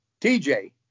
TJ